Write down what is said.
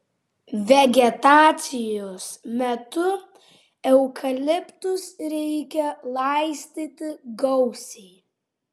vegetacijos metu eukaliptus reikia laistyti gausiai